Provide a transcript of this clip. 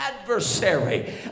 adversary